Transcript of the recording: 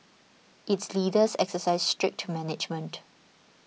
its leaders exercise strict management